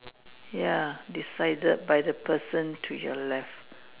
ya decided by the person to your left